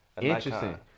Interesting